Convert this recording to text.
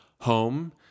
home